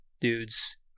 dudes